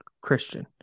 Christian